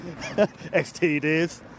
STDs